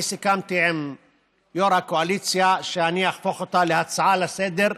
אני סיכמתי עם יו"ר הקואליציה שאני אהפוך אותה להצעה לסדר-היום,